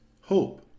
hope